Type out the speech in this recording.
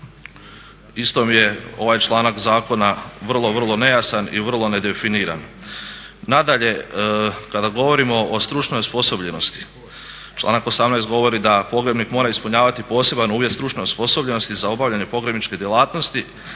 Isto mi je ovaj članak zakona vrlo, vrlo nejasan i vrlo nedefiniran. Nadalje, kada govorimo o stručnoj osposobljenosti, članak 18. govori da pogrebnik mora ispunjavati poseban uvjet stručne osposobljenosti za obavljanje pogrebničke djelatnosti